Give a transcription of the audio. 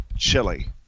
chili